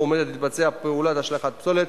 הצעת חוק לתיקון פקודת בתי-הסוהר (מס' 40)